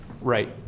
Right